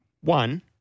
One